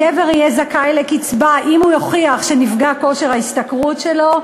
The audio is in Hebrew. הגבר יהיה זכאי לקצבה אם הוא יוכיח שנפגע כושר ההשתכרות שלו,